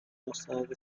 مستند